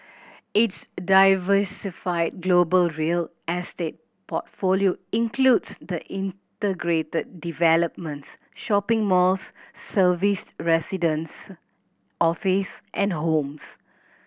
its diversified global real estate portfolio includes the integrated developments shopping malls serviced residence offices and homes